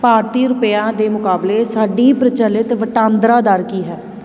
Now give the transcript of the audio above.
ਭਾਰਤੀ ਰੁਪਇਆਂ ਦੇ ਮੁਕਾਬਲੇ ਸਾਡੀ ਪ੍ਰਚਲਿਤ ਵਟਾਂਦਰਾ ਦਰ ਕੀ ਹੈ